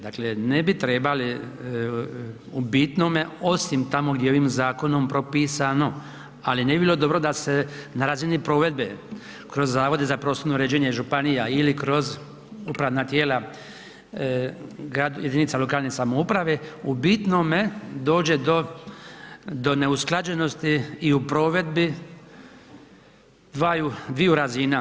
Dakle, ne bi trebali u bitnome osim tamo gdje je ovim zakonom propisano, ali ne bi bilo dobro da se na razini provedbe kroz zavode za prostorno uređenje županija ili kroz upravna tijela jedinica lokalne samouprave u bitnome dođe do neusklađenosti i u provedbi dvaju, dviju razina.